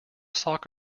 sock